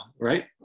right